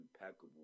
impeccable